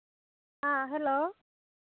ᱦᱮᱸ ᱦᱮᱞᱳ